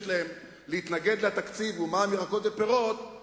להם להתנגד לתקציב הוא מע"מ על ירקות ופירות,